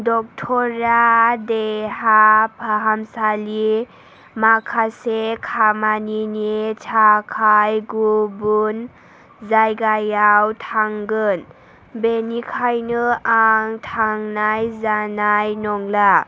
दक्टरआ देहा फाहामसालि माखासे खामानिनि थाखाय गुबुन जायगायाव थांगोन बेनिखायनो आं थांनाय जानाय नंला